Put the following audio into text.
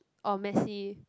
or messy